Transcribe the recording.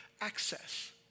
access